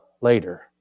later